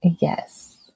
Yes